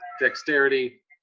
dexterity